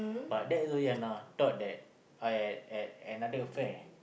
but that Zoeyana thought that I I I have another affair